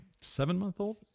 seven-month-old